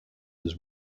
has